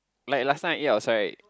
like last time I eat outside right